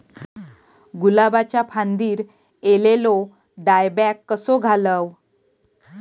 गुलाबाच्या फांदिर एलेलो डायबॅक कसो घालवं?